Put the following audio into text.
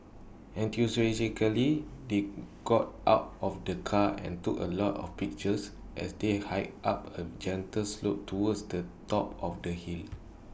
enthusiastically they got out of the car and took A lot of pictures as they hiked up A gentle slope towards the top of the hill